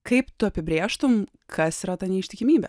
kaip tu apibrėžtum kas yra ta neištikimybė